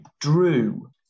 drew